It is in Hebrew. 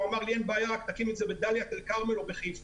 הוא אמר לי שאין בעיה אבל שאקים אותו בדלית אל כרמל או בחיפה.